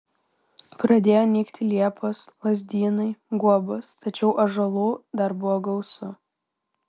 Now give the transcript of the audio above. pradėjo nykti liepos lazdynai guobos tačiau ąžuolų dar buvo gausu